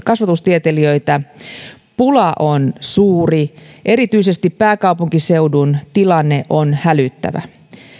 kasvatustieteilijöitä pula on suuri erityisesti pääkaupunkiseudun tilanne on hälyttävä